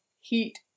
heat